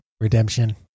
redemption